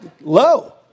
low